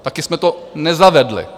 Taky jsme to nezavedli.